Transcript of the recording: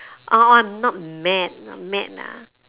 orh not met mad ah